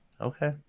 Okay